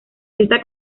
esta